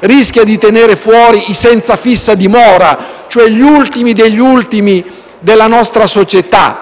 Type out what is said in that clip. rischia di tenere fuori i senza fissa dimora, cioè gli ultimi degli ultimi della nostra società?